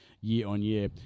year-on-year